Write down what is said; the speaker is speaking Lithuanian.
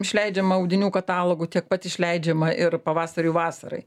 išleidžiama audinių katalogų tiek pat išleidžiama ir pavasariui vasarai